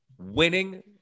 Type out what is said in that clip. winning